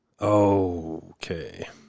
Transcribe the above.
okay